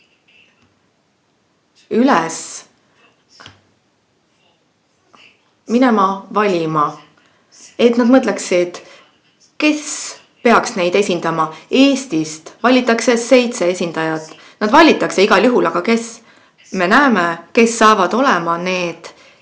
üles minema valima, et nad mõtleksid, kes peaks neid esindama. Eestist valitakse seitse esindajat. Nad valitakse igal juhul. Aga kes? Me näeme, kes saavad olema need seitse